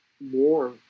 more